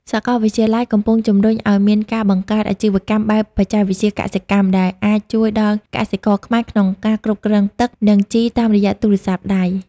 សាកលវិទ្យាល័យកំពុងជម្រុញឱ្យមានការបង្កើត "អាជីវកម្មបែបបច្ចេកវិទ្យាកសិកម្ម" ដែលអាចជួយដល់កសិករខ្មែរក្នុងការគ្រប់គ្រងទឹក និងជីតាមរយៈទូរស័ព្ទដៃ។